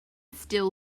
still